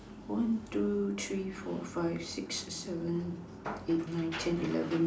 one two three four five six seven eight nine ten eleven